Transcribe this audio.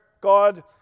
God